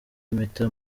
impeta